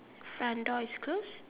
front door is closed